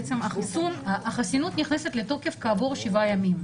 בעצם החסינות נכנסת לתוקף כעבור שבעה ימים.